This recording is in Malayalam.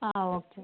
ആ ആ ഓക്കെ